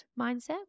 mindset